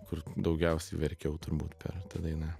kur daugiausiai verkiau turbūt per tą dainą